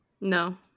No